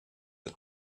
the